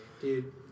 dude